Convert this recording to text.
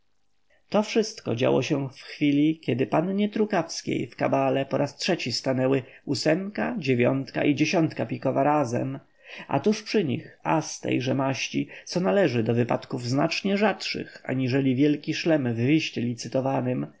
to wszystko działo się w chwili kiedy pannie trukawskiej w kabale po raz trzeci stanęły ósemka dziewiątka i dziesiątka pikowa razem a tuż przy nich as tejże maści co należy do wypadków znacznie rzadszych aniżeli wielki szlem w wiście licytowanym